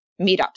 meetups